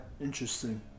Interesting